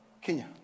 Kenya